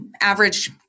average